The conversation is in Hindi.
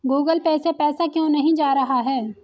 गूगल पे से पैसा क्यों नहीं जा रहा है?